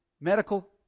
medical